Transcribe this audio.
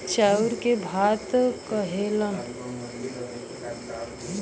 चाउर के भात कहेलन